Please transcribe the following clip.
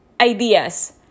ideas